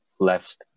left